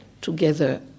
together